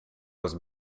was